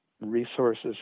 resources